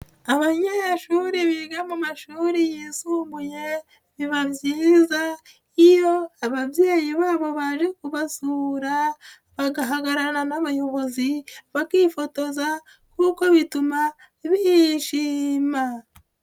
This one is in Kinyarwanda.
Abanyeshuri biga mu mashuri yisumbuye biba byiza iyo ababyeyi babo baje kubavura bagahagararana n'abayobozi, bakifotoza kuko bituma bishima.